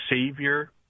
savior